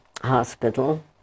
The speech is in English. hospital